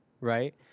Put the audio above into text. right